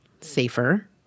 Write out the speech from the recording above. safer